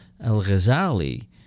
al-Ghazali